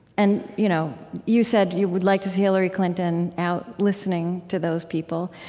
and you know you said you would like to see hillary clinton out listening to those people,